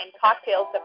cocktails